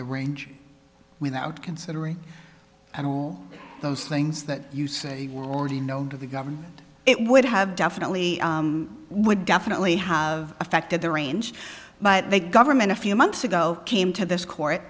the range without considering and all those things that you say you know of the government it would have definitely would definitely have affected the range but the government a few months ago came to this court